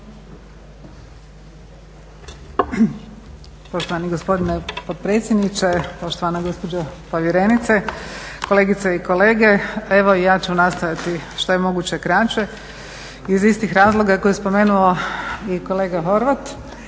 Poštovani gospodine potpredsjedniče, poštovana gospođo povjerenice, kolegice i kolege. Evo i ja ću nastojati što je moguće kraće iz istih razloga koje je spomenuo i kolega Horvat